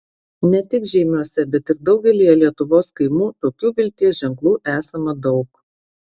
ne tik žeimiuose bet ir daugelyje lietuvos kaimų tokių vilties ženklų esama daug